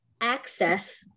access